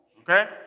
okay